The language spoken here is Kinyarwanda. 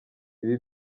ibi